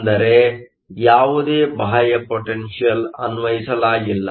ಅಂದರೆ ಯಾವುದೇ ಬಾಹ್ಯ ಪೊಟೆನ್ಷಿಯಲ್ ಅನ್ವಯಿಸಲಾಗಿಲ್ಲ